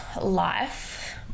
life